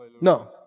no